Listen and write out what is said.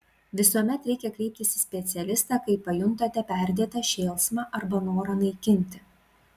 visuomet reikia kreiptis į specialistą kai pajuntate perdėtą šėlsmą arba norą naikinti